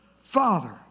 Father